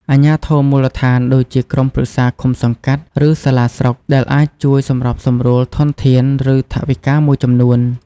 អាជ្ញាធរមូលដ្ឋាន ដូចជា ក្រុមប្រឹក្សាឃុំសង្កាត់ ឬសាលាស្រុក ដែលអាចជួយសម្របសម្រួលធនធាន ឬថវិកាមួយចំនួន។